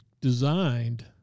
designed